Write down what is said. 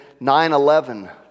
9-11